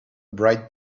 bright